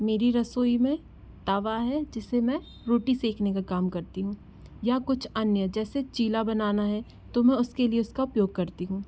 मेरी रसोई में तावा है जिससे मैं रोटी सेकने का काम करती हूँ या कुछ अन्य जैसे चीला बनाना है तो मैं उसके लिए उसका उपयोग करती हूँ